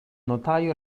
notaio